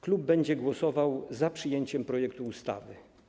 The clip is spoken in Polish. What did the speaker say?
Klub będzie głosował za przyjęciem projektu ustawy.